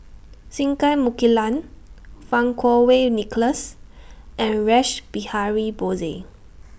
Singai Mukilan Fang Kuo Wei Nicholas and Rash Behari Bose